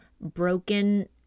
broken